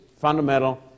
fundamental